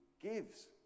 gives